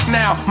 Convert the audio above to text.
now